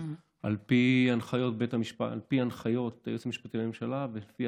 על פי הנחיות היועץ המשפטי לממשלה ועל פי